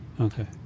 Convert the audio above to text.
Okay